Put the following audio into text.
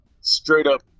straight-up